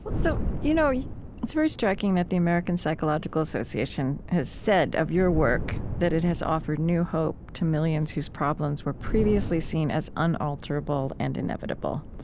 but so you know yeah it's very striking that the american psychological association has said of your work that it has offered new hope to millions whose problems were previously seen as unalterable and inevitable.